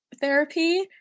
therapy